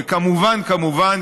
וכמובן כמובן,